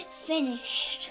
finished